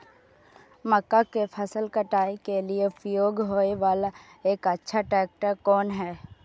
मक्का के फसल काटय के लिए उपयोग होय वाला एक अच्छा ट्रैक्टर कोन हय?